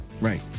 Right